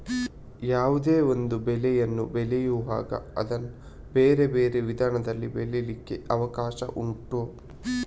ಯಾವುದೇ ಒಂದು ಬೆಳೆಯನ್ನು ಬೆಳೆಯುವಾಗ ಅದನ್ನ ಬೇರೆ ಬೇರೆ ವಿಧಾನದಲ್ಲಿ ಬೆಳೀಲಿಕ್ಕೆ ಅವಕಾಶ ಉಂಟು